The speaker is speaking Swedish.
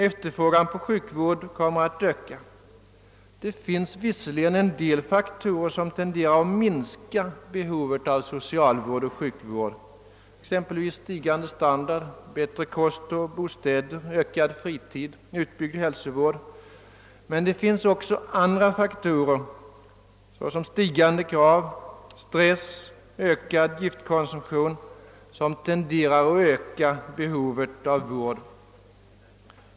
Efterfrågan på sjukvård torde komma att öka. Det finns visser ligen en del faktorer som tenderar att minska behovet av socialvård och sjukvård — exempelvis stigande standard, bättre kost och bostäder, ökad fritid, utbyggd hälsovård. Men det finns också andra faktorer — såsom stigande krav, stress, ökad giftkonsumtion som tenderar att öka behovet av vård.